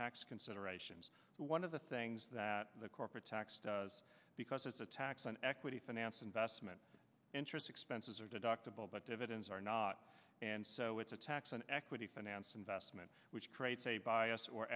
tax considerations one of the things that the corporate tax does because it's a tax on equity finance investment interest expenses are deductible but dividends are not and so it's a tax on equity finance investment which creates a bias or